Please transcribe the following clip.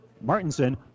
Martinson